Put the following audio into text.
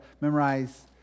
memorize